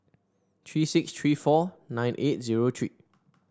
three six three four nine eight zero three